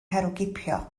herwgipio